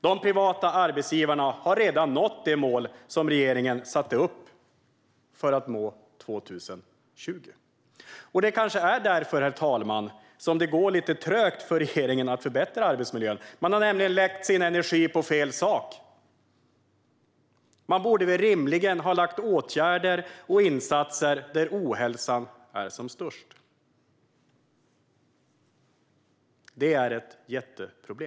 De privata arbetsgivarna har redan nått de mål som regeringen satte upp till 2020. Herr talman! Det går lite trögt för regeringen att förbättra arbetsmiljön. Man har nämligen lagt sin energi på fel sak, och det är ett jätteproblem. Man borde väl rimligen ha vidtagit åtgärder och gjort insatser där ohälsan är som störst.